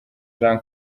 jean